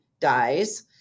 dies